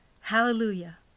Hallelujah